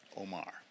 Omar